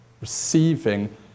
Receiving